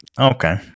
okay